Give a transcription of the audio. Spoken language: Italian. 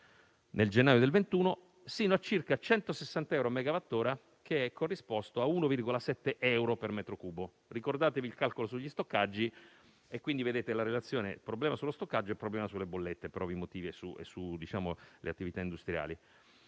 nel gennaio del 2021, fino a circa 160 euro al megawattora, che è corrisposto a 1,7 euro per metro cubo. Ricordatevi il calcolo degli stoccaggi e quindi vedete la relazione tra il problema sullo stoccaggio e quello sulle bollette e, per ovvi motivi, sulle attività industriali.